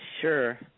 Sure